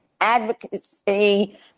advocacy